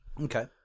Okay